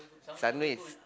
Sunway